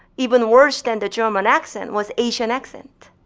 even worse than the german accent, was asian accent.